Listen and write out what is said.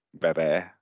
bebe